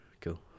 Cool